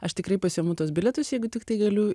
aš tikrai pasiimu tuos bilietus jeigu tiktai galiu